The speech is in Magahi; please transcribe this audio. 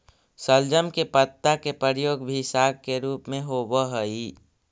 शलजम के पत्ता के प्रयोग भी साग के रूप में होव हई